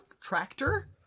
Tractor